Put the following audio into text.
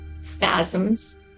spasms